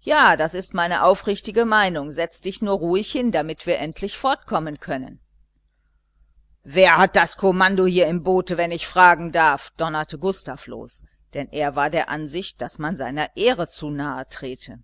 ja das ist meine aufrichtige meinung setz dich nun nur ruhig hin damit wir endlich fortkommen können wer hat das kommando hier im boote wenn ich fragen darf donnerte gustav los denn er war der ansicht daß man seiner ehre zu nahe trete